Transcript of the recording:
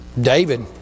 David